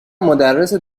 مدرس